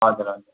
हजुर हजुर